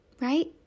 right